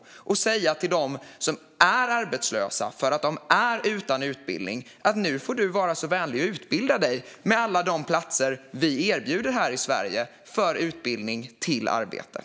Varför inte säga till dem som är arbetslösa för att de är utan utbildning att de får vara så vänliga att utbilda sig till arbete på någon av alla de platser som erbjuds här i Sverige?